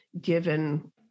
given